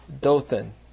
Dothan